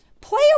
Play